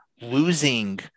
losing